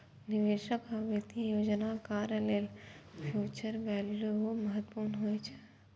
निवेशक आ वित्तीय योजनाकार लेल फ्यूचर वैल्यू महत्वपूर्ण होइ छै